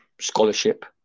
scholarship